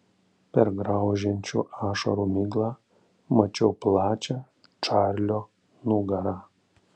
per graužiančių ašarų miglą mačiau plačią čarlio nugarą